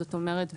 זאת אומרת,